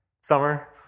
Summer